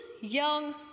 young